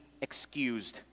excused